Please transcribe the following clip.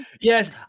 Yes